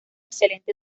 excelente